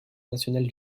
nationale